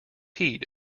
heat